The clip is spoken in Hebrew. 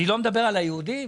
על היהודים,